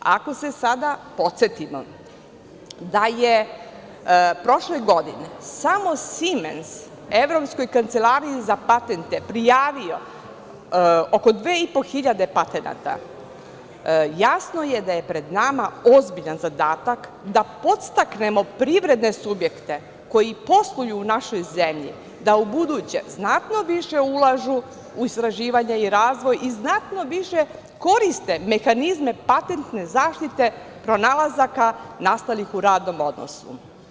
Ako se sada podsetimo da je prošle godine samo „Simens“ Evropskoj kancelariji za patente prijavio oko 2.500 patenata, jasno je da je pred nama ozbiljan zadatak da podstaknemo privredne subjekte koji posluju u našoj zemlji da ubuduće znatno više ulažu u istraživanje i razvoj i znatno više koriste mehanizme patentne zaštite pronalazaka nastalih u radnom odnosu.